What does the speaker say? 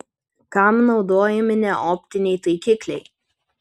kam naudojami neoptiniai taikikliai